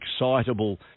excitable